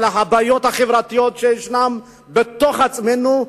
אבל הבעיות החברתיות שישנן בתוך עצמנו,